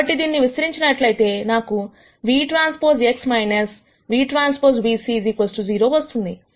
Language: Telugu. కాబట్టి దీనిని విస్తరించినట్లయితే నాకు vT X vTv c 0 వస్తుంది